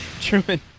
Truman